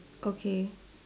okay